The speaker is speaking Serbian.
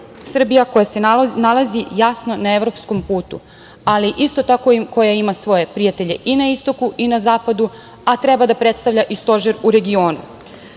Srbija koja se nalazi jasno na evropskom putu, ali isto tako koja ima svoje prijatelje i na istoku i na zapadu, a treba da predstavlja stožer u regionu.U